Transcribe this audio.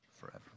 forever